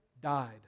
died